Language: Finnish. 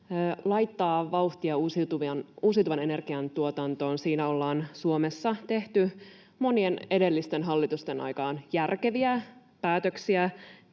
laittaa vauhtia uusiutuvan energian tuotantoon. Siinä on Suomessa tehty monien edellisten hallitusten aikaan järkeviä päätöksiä,